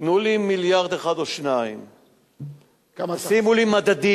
תנו לי מיליארד אחד או שניים, שימו לי מדדים,